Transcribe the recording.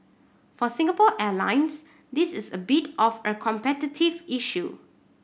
for Singapore Airlines this is a bit of a competitive issue